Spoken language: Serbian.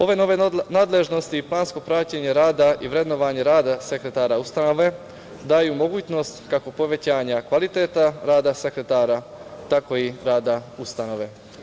Ove nadležnosti i plansko praćenje rada i vrednovanje rada sekretara ustanove daju mogućnost kako povećanja kvaliteta rada sekretara, tako i rada ustanove.